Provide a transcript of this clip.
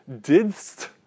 didst